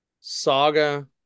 Saga